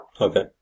Okay